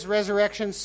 Resurrection